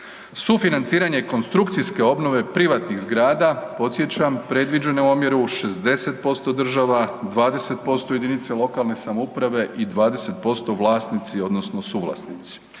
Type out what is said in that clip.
Sufinanciranje konstrukcije obnove privatnih zgrada, podsjećam, predviđen je u omjeru 60% država, 20% jedinice lokalne samouprave i 20% vlasnici odnosno suvlasnici.